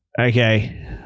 okay